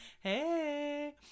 hey